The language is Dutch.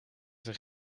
zijn